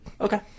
Okay